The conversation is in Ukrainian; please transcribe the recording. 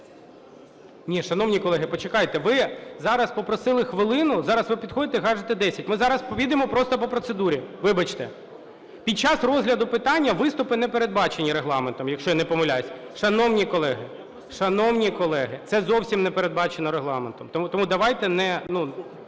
Ні, шановні колеги, почекайте, ви зараз попросили хвилину, зараз ви підходите і кажете: 10. Ми зараз підемо просто по процедурі. Вибачте. Під час розгляду питання виступи не передбачені Регламентом, якщо я не помиляюсь. Шановні колеги, шановні колеги, це зовсім не передбачено Регламентом. Тому давайте не,